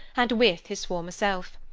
and with his former self.